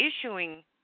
issuing